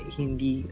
hindi